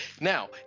Now